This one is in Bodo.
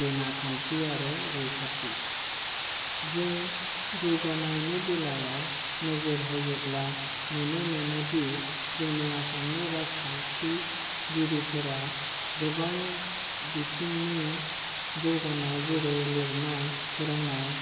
गेना खान्थि आरो रैखाथि जों जौगानायनि बेलायाव नोजोर होयोब्ला नुनो मोनो दि जोंनि आसामनि राजखान्थिगिरिफोरा गोबां बिथिंनि जौगानाय जेरै लिरनाय फरायनाय